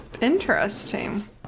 Interesting